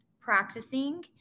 practicing